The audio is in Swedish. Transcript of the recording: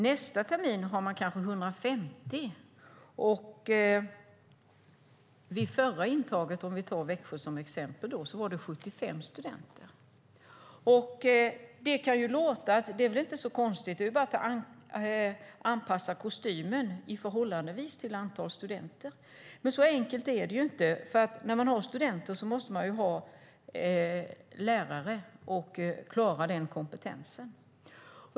Nästa termin har man kanske 150 studenter. Vid förra intaget - vi tar Växjö som exempel - var det 75 studenter. Det kan låta som att det inte är så konstigt och att det bara är att anpassa kostymen till antalet studenter. Men så enkelt är det inte. När man har studenter måste man ha lärare och klara kompetensen.